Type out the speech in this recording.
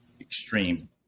extreme